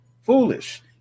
foolish